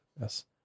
yes